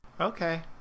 okay